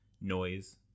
noise